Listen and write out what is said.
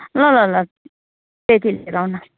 ल ल ल त्यति लिएर आऊ न